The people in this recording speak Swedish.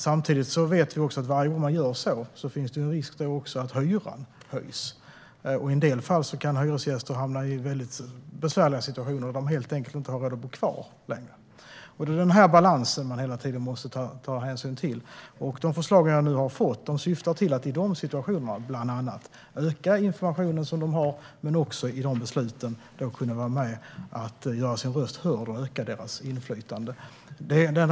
Samtidigt vet vi att det finns en risk att hyran höjs varje gång det görs, och i en del fall kan hyresgäster hamna i väldigt besvärliga situationer där de helt enkelt inte har råd att bo kvar längre. Det är den balansen vi hela tiden måste ta hänsyn till. De förslag jag nu har fått syftar till att i bland annat dessa situationer öka informationen. Det handlar också om möjligheten att vara med och göra sin röst hörd i besluten och öka inflytandet.